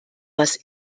was